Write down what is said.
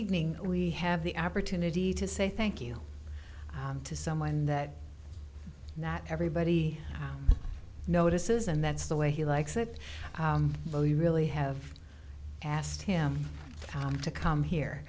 evening we have the opportunity to say thank you to someone that not everybody notices and that's the way he likes it mo you really have asked him to come here